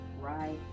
right